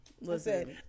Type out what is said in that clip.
Listen